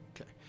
Okay